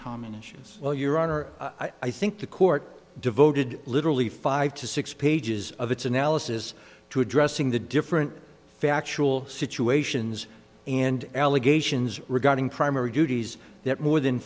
common issues well your honor i think the court devoted literally five to six pages of its analysis to addressing the different factual situations and allegations regarding primary duties that more than